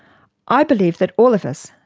i believe that all of us,